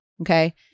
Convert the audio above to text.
Okay